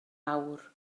awr